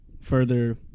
further